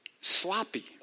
sloppy